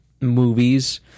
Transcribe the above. movies